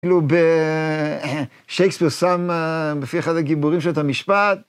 כאילו, ב... שייקספיר שם בפי אחד הגיבורים שלו את המשפט...